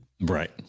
right